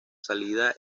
salida